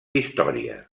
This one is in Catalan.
història